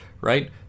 right